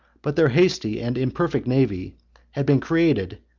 but their hasty and imperfect navy had been created,